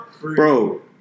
Bro